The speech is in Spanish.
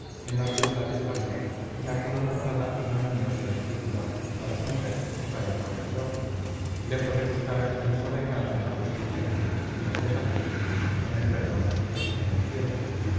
en las ruindades de la vida en alguna bufonada ignominiosa y ridícula para su mujer y para el corregidor lejos de buscar aquella misma venganza en la justicia en el desafío en el perdón en el cielo